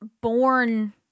born